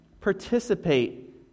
participate